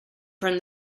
from